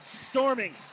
storming